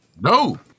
No